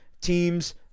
teams